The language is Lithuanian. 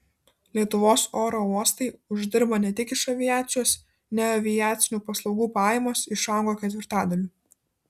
lietuvos oro uostai uždirba ne tik iš aviacijos neaviacinių paslaugų pajamos išaugo ketvirtadaliu